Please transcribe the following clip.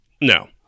No